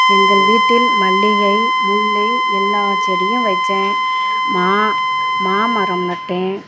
எங்கள் வீட்டில் மல்லிகை முல்லை எல்லா செடியும் வச்சேன் மா மாமரம் நட்டேன்